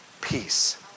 peace